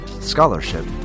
scholarship